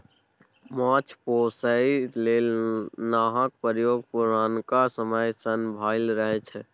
माछ पोसय लेल नाहक प्रयोग पुरनका समय सँ भए रहल छै